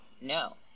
No